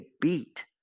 beat